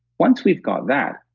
once we've got that,